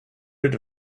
rid